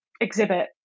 exhibit